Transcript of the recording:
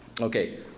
Okay